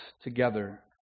together